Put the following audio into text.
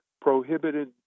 prohibited